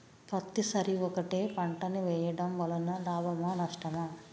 పత్తి సరి ఒకటే పంట ని వేయడం వలన లాభమా నష్టమా?